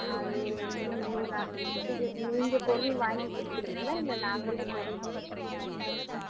அது வந்து முந்நூறு நானூறு பேர்த்துக்கு நீங்கள் பொருள் வாங்கிக் கொடுக்குறீங்களா இல்லை நாங்களே பொருள் வாங்கிக்கணுமா